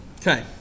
Okay